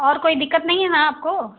और कोई दिक्कत नहीं है ना आपको